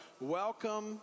Welcome